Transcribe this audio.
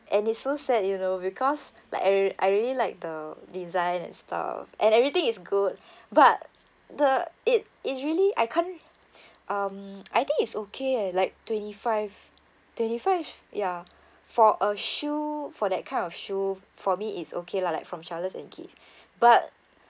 and it's so sad you know because like I I really like the design and stuff and everything is good but the it it really I can't um I think it's okay eh like twenty five twenty five ya for a shoe for that kind of shoe for me it's okay lah like from charles and keith but